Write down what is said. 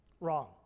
Wrong